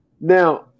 Now